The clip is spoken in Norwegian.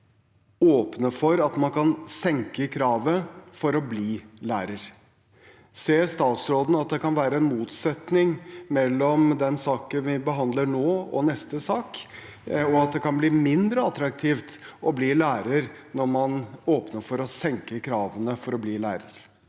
åpne for at man kan senke kravet for å bli lærer. Ser statsråden at det kan være en motsetning mellom den saken vi behandler nå og neste sak, og at det kan bli mindre attraktivt å bli lærer når man åpner for å senke kravene for å bli lærer?